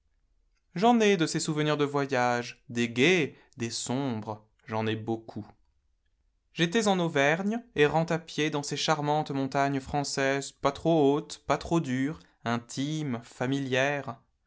j'en ai de ces souvenirs de voyage des gais des sombres j'en ai beaucoup j'étais en auvergne errant à pied dans ces charmantes montagnes françaises pas trop hautes pas trop dures intimes familières